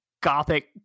Gothic